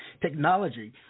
technology